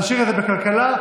אז נשאיר את זה בוועדת הכלכלה,